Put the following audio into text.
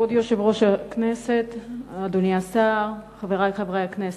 כבוד יושב-ראש הכנסת, אדוני השר, חברי חברי הכנסת,